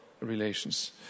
relations